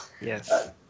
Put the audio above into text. Yes